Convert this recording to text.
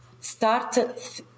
Start